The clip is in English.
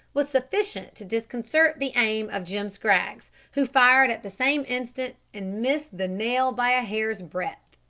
was sufficient to disconcert the aim of jim scraggs, who fired at the same instant, and missed the nail by a hair's-breadth.